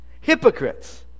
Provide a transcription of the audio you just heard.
hypocrites